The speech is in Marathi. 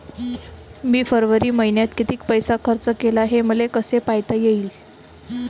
मी फरवरी मईन्यात कितीक पैसा खर्च केला, हे मले कसे पायता येईल?